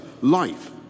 life